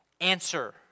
answer